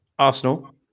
Arsenal